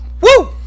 Woo